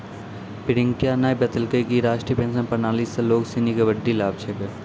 प्रियंका न बतेलकै कि राष्ट्रीय पेंशन प्रणाली स लोग सिनी के बड्डी लाभ छेकै